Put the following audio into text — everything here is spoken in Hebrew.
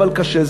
אבל קשה.